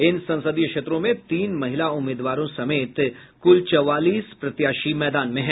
इन संसदीय क्षेत्रों में तीन महिला उम्मीदवारों समेत कुल चौवालीस प्रत्याशी मैदान में हैं